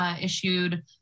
issued